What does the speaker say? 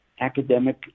academic